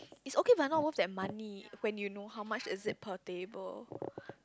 is okay but not worth that money when you know how much is it per table